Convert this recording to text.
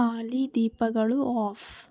ಆಲಿ ದೀಪಗಳು ಆಫ್